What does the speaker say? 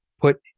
put